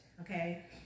Okay